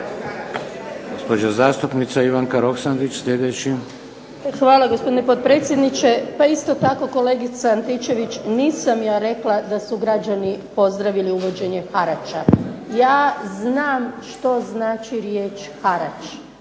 Hvala gospodine potpredsjedniče. Pa isto tako kolegice Antičević nisam ja rekla da su građani pozdravili uvođenje harača. Ja znam što znači riječ harač,